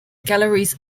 galleries